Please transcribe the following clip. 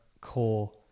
core